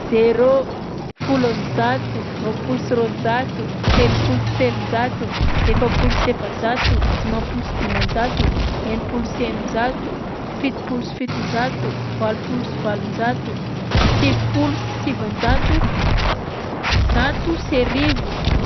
Zéro, folo am'zato, roapolo sy roanjato, telopolo sy telonjato, efapolo sy efajato, dimampolo sy dimanjato, enimpolo sy eninjato, fitopolo sy fitonjato, valopolo sy valonjato, sivifolo sy sivanjato, zato sy arivo, ro-.